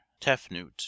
tefnut